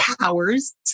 powers